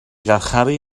garcharu